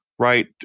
Right